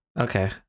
Okay